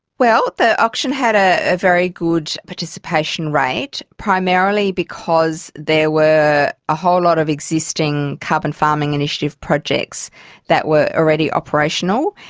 well, the auction had ah a very good participation rate, primarily because there were a whole lot of existing carbon farming initiative projects that were already operational.